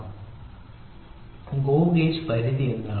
GO gauge പരിധി എന്താണ്